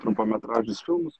trumpametražius filmus